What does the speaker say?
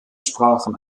sprachen